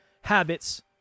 habits